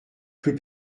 plus